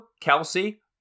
Kelsey